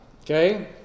Okay